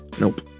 Nope